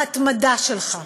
ההתמדה שלך,